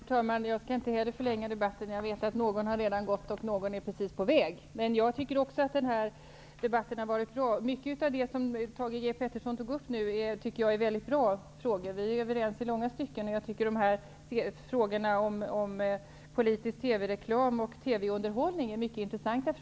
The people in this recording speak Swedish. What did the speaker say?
Herr talman! Jag skall inte heller förlänga debatten. Jag vet att någon redan har gått och att någon är på väg att gå. Jag tycker också att denna debatt har varit bra. Mycket av det som Thage G. Peterson tog upp är bra frågor. Vi är överens i långa stycken. Frågorna om politisk TV-reklam och TV-underhållning är mycket intressanta.